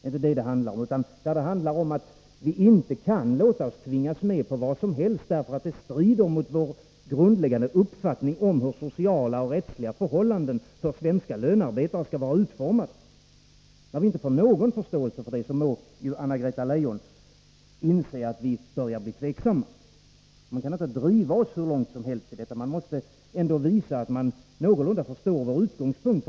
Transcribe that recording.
Vad det handlar om är att vi inte kan låta oss tvingas med på vad som helst, därför att det strider mot vår grundläggande uppfattning om hur sociala och rättsliga förhållanden för svenska lönearbetare skall vara utformade. När vi inte får någon förståelse för vår uppfattning må ju Anna-Greta Leijon inse att vi börjar bli tveksamma. Man kan inte driva oss hur långt som helst. Man måste ändå visa att man någorlunda förstår vår utgångspunkt.